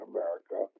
America